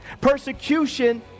persecution